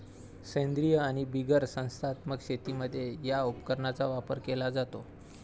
सेंद्रीय आणि बिगर संस्थात्मक शेतीमध्ये या उपकरणाचा वापर केला जातो